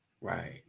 Right